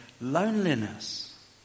loneliness